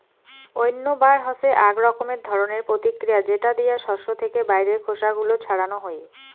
উইন্নবার হসে আক রকমের ধরণের প্রতিক্রিয়া যেটা দিয়া শস্য থেকে বাইরের খোসা গুলো ছাড়ানো হই